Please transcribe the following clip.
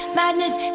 madness